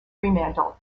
fremantle